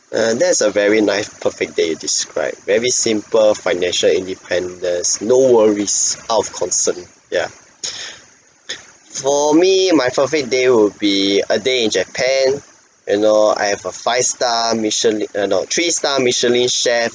err that's a very nice perfect day you described very simple financial independence no worries out of concern ya for me my perfect day will be a day in japan you know I have a five-star michelin eh no three-star michelin chef